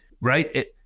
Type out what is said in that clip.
Right